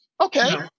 Okay